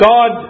God